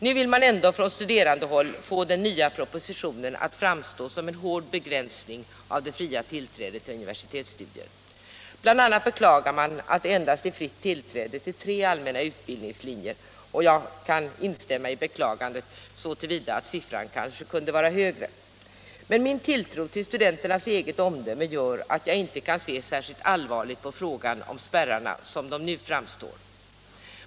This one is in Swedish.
Nu vill man ändå från studerandehåll få den nya propositionen att framstå som en hård begränsning av det fria tillträdet till universitetsstudier. Bl. a. beklagar man att det är fritt tillträde endast till tre allmänna utbildningslinjer. Jag kan instämma i beklagandet så till vida som siffran kanske kunde vara högre, men min tilltro till studenternas eget omdöme gör att jag inte kan se särskilt allvarligt på frågan om spärrarna, som den nu framstår.